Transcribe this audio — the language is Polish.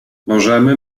możemy